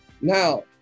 Now